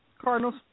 Cardinals